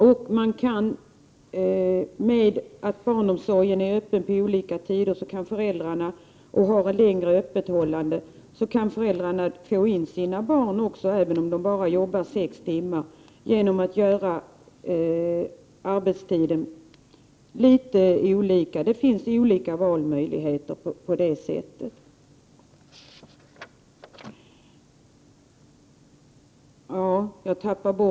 I och med att daghemmet är öppet under längre tid kan föräldrarna få in sina barn även om de bara arbetar sex timmar genom att göra arbetstiden litet olika. Det finns olika valmöjligheter på det sättet.